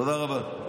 תודה רבה.